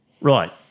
Right